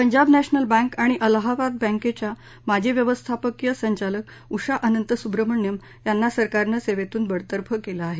Punjab national bank आणि अलाहाबाद बँकेच्या माजी व्यवस्थापकीय संचालक उषा अनंतसुब्रमण्यम यांना सरकारनं सेवेतून बडतर्फ केलं आहे